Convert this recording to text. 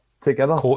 together